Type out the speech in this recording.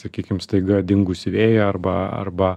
sakykim staiga dingusį vėją arba arba